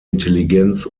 intelligenz